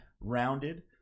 rounded